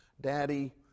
Daddy